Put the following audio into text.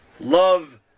love